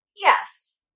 Yes